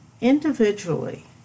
Individually